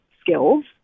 skills